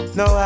no